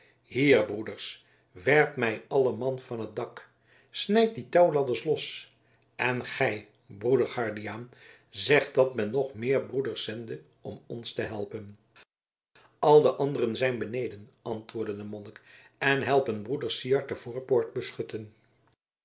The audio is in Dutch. hier broeders werpt mij alle man van het dak snijdt die touwladders los en gij broeder guardiaan zeg dat men nog meer broeders zende om ons te helpen al de anderen zijn beneden antwoordde de monnik en helpen broeder syard de voorpoort beschutten